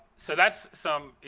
so that's some, you